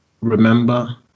remember